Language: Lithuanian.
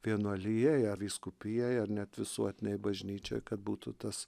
vienuolijoj ar vyskupijoj ar net visuotinėj bažnyčioj kad būtų tas